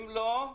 אם לא,